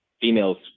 females